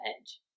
edge